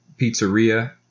pizzeria